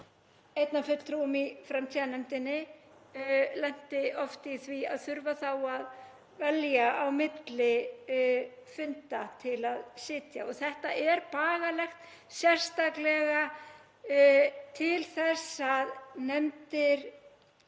einn af fulltrúum í framtíðarnefndinni, lenti oft í því að þurfa að velja á milli funda til að sitja. Þetta er bagalegt. Sérstaklega til þess að nefndir